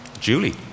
Julie